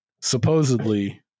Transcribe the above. supposedly